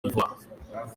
d’ivoire